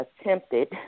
attempted